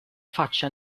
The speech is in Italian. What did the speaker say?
faccia